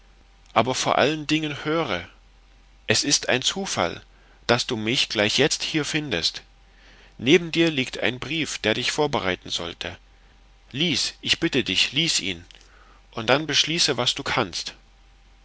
aber vor allen dingen höre es ist ein zufall daß du mich gleich jetzt hier findest neben dir liegt ein brief der dich vorbereiten sollte lies ich bitte dich lies ihn und dann beschließe was du kannst